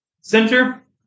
Center